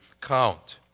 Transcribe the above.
count